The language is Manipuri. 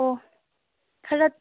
ꯑꯣ ꯈꯔ